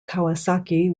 kawasaki